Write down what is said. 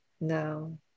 No